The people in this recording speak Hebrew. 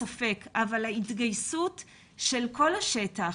ההתגייסות של כל השטח,